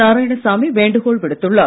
நாராயணசாமி வேண்டுகோள் விடுத்துள்ளார்